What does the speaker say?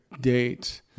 date